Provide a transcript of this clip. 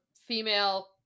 female